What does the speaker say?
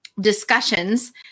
discussions